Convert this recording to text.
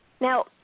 Now